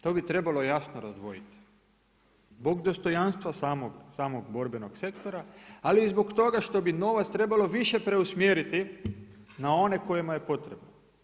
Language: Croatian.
To bi trebalo jasno razdvojiti zbog dostojanstva samog borbenog sektora ali i zbog toga što bi novac trebalo više preusmjeriti na one kojima potrebno.